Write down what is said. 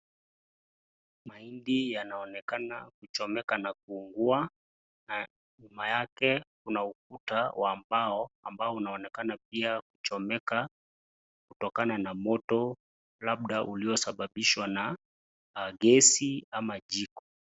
Mahindi yanaonekana kuchomeka na kuunguwa, na nyuma yake kuna ukuta wa mbao ambao unaoenekana pia kuchomeka, kutokana na moto labda uliyo sababishwa na gesi ama jiko.